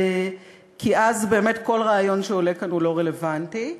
כי אז באמת כל רעיון שעולה כאן הוא לא רלוונטי,